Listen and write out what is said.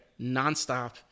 nonstop